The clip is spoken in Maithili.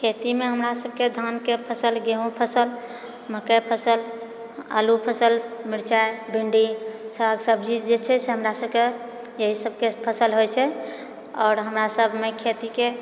खेती मे हमरा सभकेँ धानके फसल गेहूँ फसल मकइ फसल आलू फसल मिर्चाइ भिण्डी साग सब्जी जे छै से हमरा सभकेँ एहि सभके फसल होइ छै आओर हमरा सभमे खेतीके